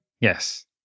Yes